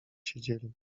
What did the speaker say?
siedzieli